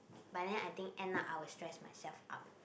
but then I think end up I will stress myself up